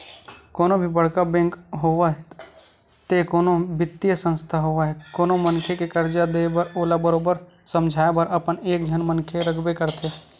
कोनो भी बड़का बेंक होवय ते कोनो बित्तीय संस्था होवय कोनो मनखे के करजा देय बर ओला बरोबर समझाए बर अपन एक झन मनखे रखबे करथे